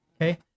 Okay